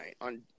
on